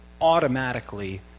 automatically